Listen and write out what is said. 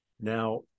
Now